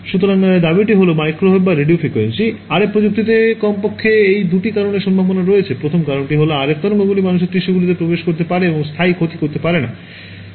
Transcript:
সুতরাং দাবিটি হল মাইক্রোওয়েভ বা রেডিও ফ্রিকোয়েন্সি RF প্রযুক্তিটিতে কমপক্ষে এই দুটি কারণে সম্ভাবনা রয়েছে প্রথম কারণটি হল RF তরঙ্গগুলি মানুষের টিস্যুগুলিকে প্রবেশ করতে পারে এবং স্থায়ী ক্ষতি করতে পারে না